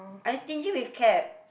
I'm stingy with cab